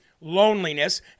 Loneliness